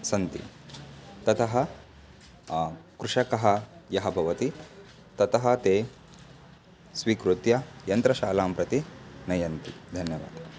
सन्ति ततः कृषकः यः भवति ततः ते स्वीकृत्य यन्त्रशालां प्रति नयन्ति धन्यवादः